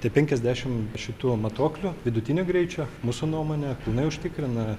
tai penkiasdešim šitų matuoklių vidutinio greičio mūsų nuomone pilnai užtikrina